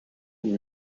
and